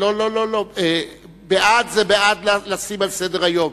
הוא בעד העלאת הנושא לסדר-היום,